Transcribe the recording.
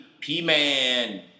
P-Man